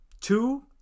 Two